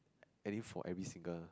I think for every single